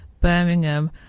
Birmingham